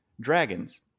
Dragons